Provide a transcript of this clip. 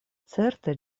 certe